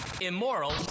immoral